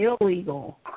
Illegal